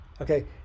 okay